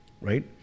right